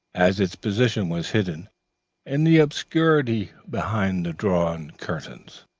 as its position was hidden in the obscurity behind the drawn curtains.